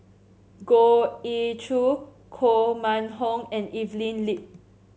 Goh Ee Choo Koh Mun Hong and Evelyn Lip